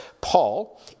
Paul